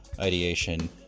ideation